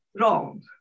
wrong